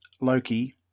Loki